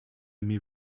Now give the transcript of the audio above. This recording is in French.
aimez